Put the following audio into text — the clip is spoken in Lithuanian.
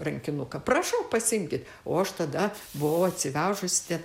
rankinuką prašau pasiimkit o aš tada buvau atsivežus ten